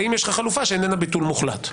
האם יש לך חלופה שאיננה ביטול מוחלט?